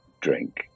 drink